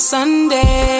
Sunday